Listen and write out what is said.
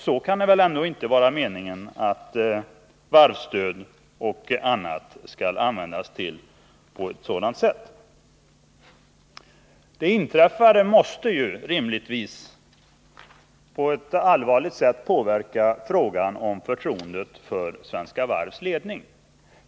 Så kan det väl ändå inte vara meningen att t.ex. varvsstödet skall användas? Det inträffade måste rimligtvis allvarligt påverka förtroendet för Svenska Varvs ledning.